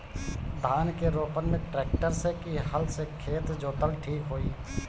धान के रोपन मे ट्रेक्टर से की हल से खेत जोतल ठीक होई?